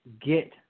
get